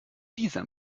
dieser